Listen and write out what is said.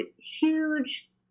huge